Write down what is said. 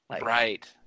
Right